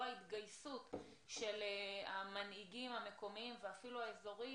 ההתגייסות של המנהיגים המקומיים ואפילו האזוריים